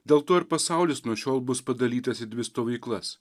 dėl to ir pasaulis nuo šiol bus padalytas į dvi stovyklas